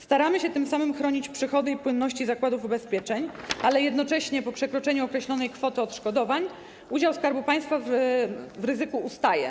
Staramy się tym samym chronić przychody i płynność finansową zakładów ubezpieczeń, sprawiając jednocześnie, że po przekroczeniu określonej kwoty odszkodowań udział Skarbu Państwa w ryzyku ustaje.